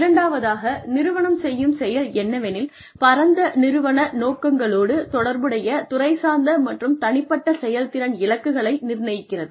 இரண்டாவதாக நிறுவனம் செய்யும் செயல் என்னவெனில் பரந்த நிறுவன நோக்கங்களோடு தொடர்புடைய துறைசார்ந்த மற்றும் தனிப்பட்ட செயல்திறன் இலக்குகளை நிர்ணயிக்கிறது